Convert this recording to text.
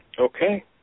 Okay